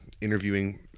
interviewing